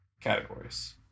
categories